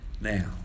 Now